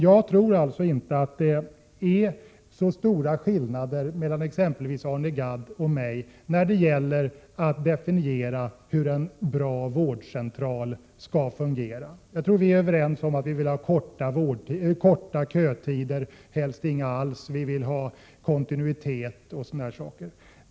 Jag tror inte att det är så stor skillnad mellan exempelvis Arne Gadd och mig när vi definierar hur en bra vårdcentral skall fungera. Vi är säkert överens om att det skall vara korta kötider, helst inga alls, man skall få träffa samma läkare m.m.